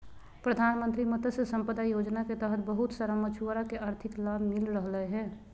प्रधानमंत्री मत्स्य संपदा योजना के तहत बहुत सारा मछुआरा के आर्थिक लाभ मिल रहलय हें